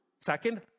second